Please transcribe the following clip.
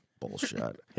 Bullshit